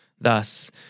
Thus